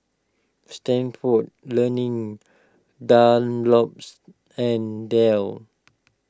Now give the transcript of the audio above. Stanford Learning Dunlops and Dell